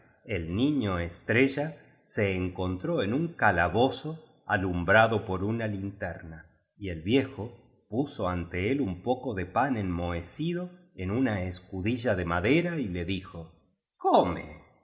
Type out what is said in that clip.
el niño estrella se encontró en nn calabozo alumbra do por una linterna y el viejo puso ante él un poco de pan enmohecido en una escudilla de madera y le dijo come y